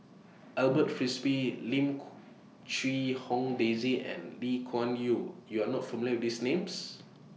Alfred Frisby Lim Quee Hong Daisy and Lee Kuan Yew YOU Are not familiar with These Names